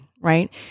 right